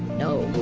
no